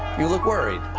you look worried,